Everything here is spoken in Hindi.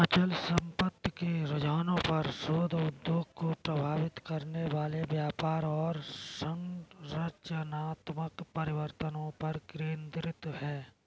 अचल संपत्ति के रुझानों पर शोध उद्योग को प्रभावित करने वाले व्यापार और संरचनात्मक परिवर्तनों पर केंद्रित है